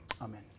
Amen